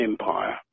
empire